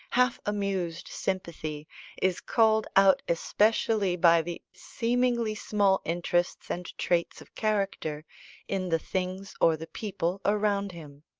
half-amused sympathy is called out especially by the seemingly small interests and traits of character in the things or the people around him.